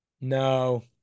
no